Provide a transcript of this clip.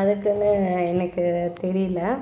அதுக்குன்னு எனக்கு தெரியல